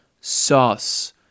sauce